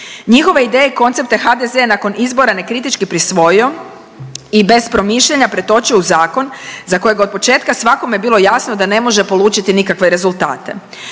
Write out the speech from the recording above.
Njihove ideje i koncepte HDZ je nakon izbora nekritički prisvojio i bez promišljanja pretočio u zakon za kojega je od početka svakome bilo jasno da ne može polučiti nikakve rezultate.